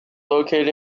located